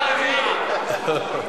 אין שנייה ושלישית.